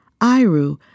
iru